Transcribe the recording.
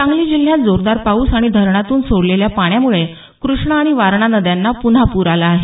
सांगली जिल्ह्यात जोरदार पाऊस आणि धरणातून सोडलेल्या पाण्यामुळे कृष्णा आणि वारणा नद्यांना पुन्हा पूर आला आहे